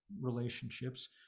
relationships